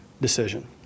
decision